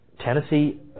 Tennessee